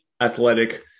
Athletic